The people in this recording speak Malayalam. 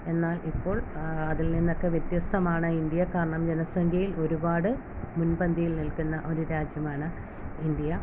എന്നാൽ ഇപ്പോൾ അതിൽ നിന്നൊക്കെ വ്യത്യസ്ഥമാണ് ഇന്ത്യ കാരണം ജനസംഖ്യയിൽ ഒരുപാട് മുൻപന്തിയിൽ നിൽക്കുന്ന ഒരു രാജ്യമാണ് ഇന്ത്യ